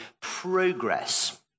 progress